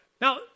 Now